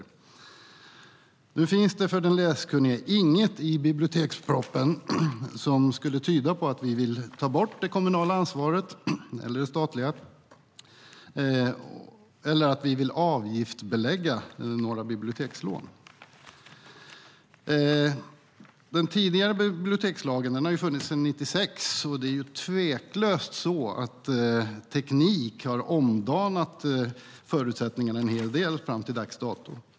Men det finns för den läskunnige inget i bibliotekspropositionen som skulle tyda på att vi vill ta bort det kommunala eller statliga ansvaret eller att vi vill avgiftsbelägga några bibliotekslån. Den tidigare bibliotekslagen har funnits sedan 1996, och det är tveklöst så att teknik har omdanat förutsättningarna en hel del fram till dags dato.